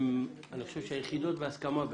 אני חושב שהן היחידות בהסכמה בינתיים.